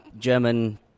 german